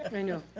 i know.